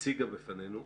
הציגה בפנינו.